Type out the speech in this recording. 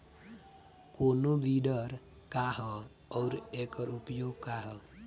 कोनो विडर का ह अउर एकर उपयोग का ह?